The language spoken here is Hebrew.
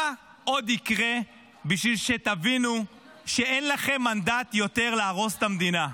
מה עוד יקרה כדי שתבינו שאין לכם מנדט יותר להרוס את המדינה?